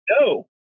no